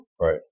Right